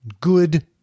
good